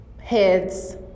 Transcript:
heads